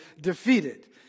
defeated